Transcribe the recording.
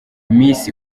miss